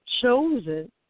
chosen